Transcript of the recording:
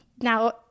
Now